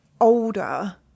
older